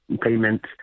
payment